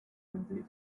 outdated